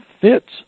fits